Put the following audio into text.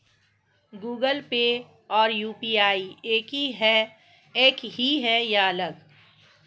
Google Pay और UPI एक ही है या अलग?